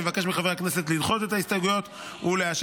אני מבקש מחברי הכנסת לדחות את ההסתייגויות ולאשר